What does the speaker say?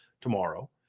tomorrow